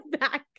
back